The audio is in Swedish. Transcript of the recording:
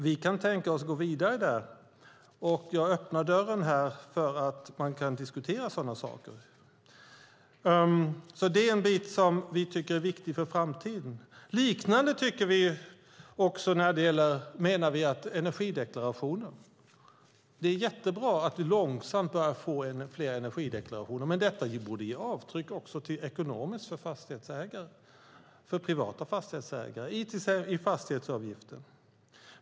Vi kan tänka oss att gå vidare där, och jag öppnar dörren här för att man kan diskutera sådana saker. Detta är en fråga som vi tycker är viktig för framtiden. Liknande tycker vi när det gäller energideklarationen. Det är jättebra att vi långsamt börjar få fler energideklarationer. Men detta borde ge avtryck också ekonomiskt för privata fastighetsägare i fastighetsavgiften.